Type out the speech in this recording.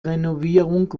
renovierung